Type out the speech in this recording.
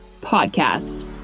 podcast